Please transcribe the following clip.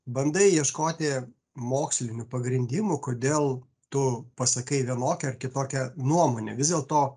bandai ieškoti mokslinių pagrindimų kodėl tu pasakai vienokią ar kitokią nuomonę vis dėlto